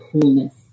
coolness